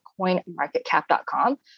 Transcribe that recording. coinmarketcap.com